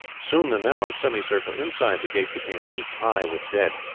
soon the narrow semicircle inside the gate became heaped high with dead,